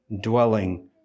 dwelling